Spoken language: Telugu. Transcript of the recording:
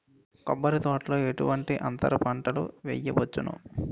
కొబ్బరి తోటలో ఎటువంటి అంతర పంటలు వేయవచ్చును?